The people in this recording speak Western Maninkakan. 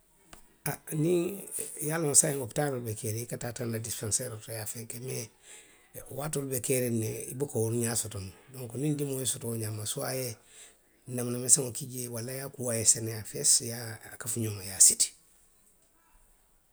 A, niŋ, i ye a loŋ saayiŋ opitaaloo be keeriŋ ne, i ka taa taanna disipanseeroo to i ye a fenke. mee, waatoolu be keeriŋ ne i buka wolu ňaa soto. donku niŋ dimiŋo ye i soto wo ňaama, suwa i ye neemuna meseŋo ki jee, walla i ye a kuu a ye seneyaa fesi i ye a, a kafu ňonma i ye a siti.